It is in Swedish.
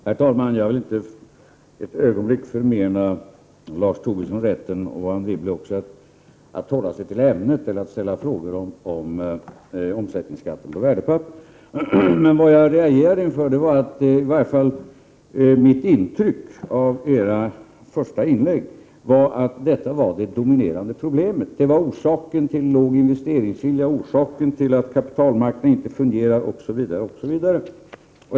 Herr talman! Jag vill inte ett ögonblick förmena Lars Tobisson eller Anne Wibble rätten att hålla sig till ämnet eller att ställa frågor om omsättningsskatten på värdepapper. Men vad jag reagerade inför — det var i varje fall mitt intryck av era första inlägg — var att den var det dominerande problemet, orsaken till låg investeringsvilja, orsaken till att kapitalmarknaden inte fungerar osv., Osv.